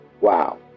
Wow